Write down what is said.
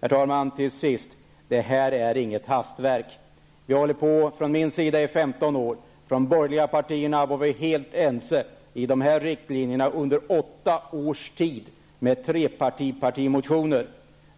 Herr talman! Till sist: Det här är inget hastverk. Vi har hållit på med detta i 15 år. I de borgerliga partierna var vi under åtta års tid helt ense om dessa riktlinjer i trepartipartimotioner.